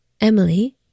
Emily